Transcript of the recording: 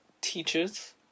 teachers